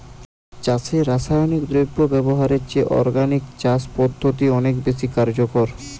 চাষে রাসায়নিক দ্রব্য ব্যবহারের চেয়ে অর্গানিক চাষ পদ্ধতি অনেক বেশি কার্যকর